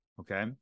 Okay